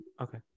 Okay